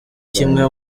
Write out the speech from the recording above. kimwe